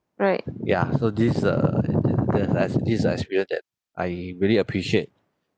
yeah so this err the as this is a experience that I really appreciate